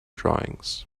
drawings